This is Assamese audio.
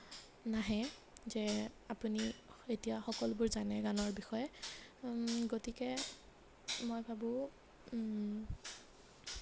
নাহে যে আপুনি এতিয়া সকলোবোৰ জানে গানৰ বিষয়ে গতিকে মই ভাবোঁ